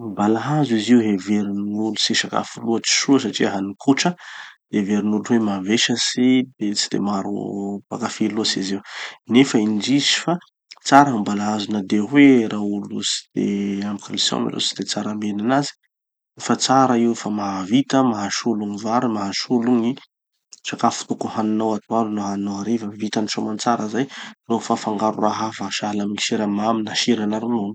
Gny balahazo izy io heverin'ny gn'olo tsy sakafo loatsy soa satria hany kotra. Heverin'olo hoe mavesatsy, de tsy maro mpakafy loatsy izy io. Nefa indrisy fa tsara gny balahazo na de hoe raha olo tsy de ampy calcium aloha tsy tsara mihina anazy, fa tsara io fa mahavita, mahasolo gny vary, mahasolo gny sakafo tokony haninao atoandro na haninao hariva. Vitany soa amantsara zay vô afaky afangaronao raha hafa, sahala amy gny siramamy na sira na ronono.